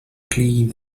clean